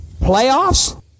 Playoffs